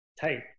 tight